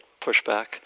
pushback